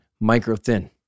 micro-thin